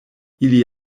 ili